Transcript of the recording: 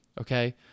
Okay